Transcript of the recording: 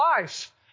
life